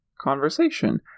conversation